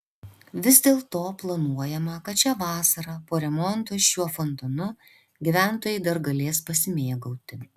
vis dėlto planuojama kad šią vasarą po remonto šiuo fontanu gyventojai dar galės pasimėgauti